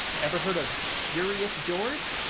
ever heard of curious george?